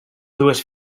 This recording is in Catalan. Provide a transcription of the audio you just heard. dues